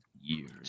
years